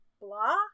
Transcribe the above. blah